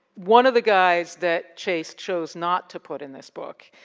one of the guys that chase chose not to put in this book,